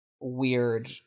weird